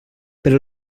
però